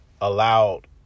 allowed